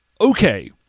Okay